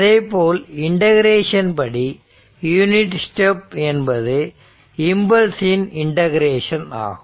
அதேபோல் இண்டெகரேஷன் படி unit step என்பது இம்பல்ஸ் இன் இண்டெகரேஷன் ஆகும்